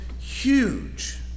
huge